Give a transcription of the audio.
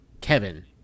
Kevin